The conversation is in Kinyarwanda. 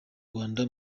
rwanda